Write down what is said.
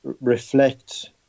reflect